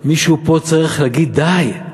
מישהו פה צריך להגיד: די,